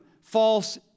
false